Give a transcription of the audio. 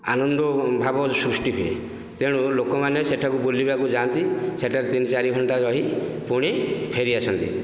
ଆନନ୍ଦ ଭାବ ସୃଷ୍ଟି ହୁଏ ତେଣୁ ଲୋକମାନେ ସେଠାକୁ ବୁଲିବାକୁ ଯାଆନ୍ତି ସେଠାରେ ତିନି ଚାରି ଘଣ୍ଟା ରହି ପୁଣି ଫେରି ଆସନ୍ତି